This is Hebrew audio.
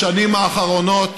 בשנים האחרונות